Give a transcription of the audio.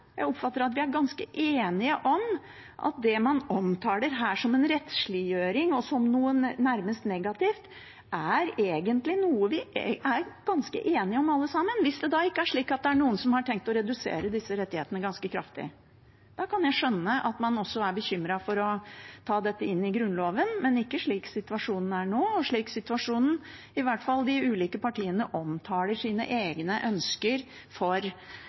Jeg oppfatter at det man omtaler her som en rettsliggjøring og som noe nærmest negativt, egentlig er noe vi er ganske enige om alle sammen, hvis det da ikke er slik at det er noen som har tenkt å redusere disse rettighetene ganske kraftig. Da kan jeg skjønne at man også er bekymret for å ta dette inn i Grunnloven, men ikke slik situasjonen er nå, og slik de ulike partiene i hvert fall omtaler sine egne ønsker for